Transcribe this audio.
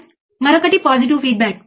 6 మిల్లీవోల్ట్లను చూడవచ్చు